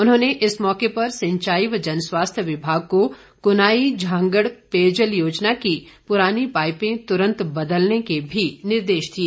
उन्होंने इस मौके पर सिंचाई व जनस्वास्थ्य विभाग को कुनाई झांगड़ पेयजल योजना की पुरानी पाईपें तुरंत बदलने के भी निर्देश दिए